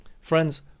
Friends